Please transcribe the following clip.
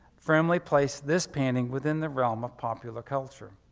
firmly placed this painting within the realm of popular culture.